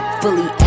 fully